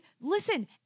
listen